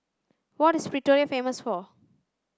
what is Pretoria famous for